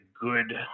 good